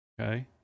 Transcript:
okay